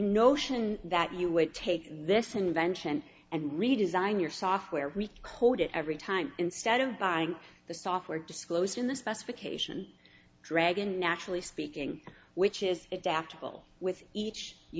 notion that you wait take this invention and redesign your software code it every time instead of buying the software disclosed in the specification dragon naturally speaking which is adaptable with each you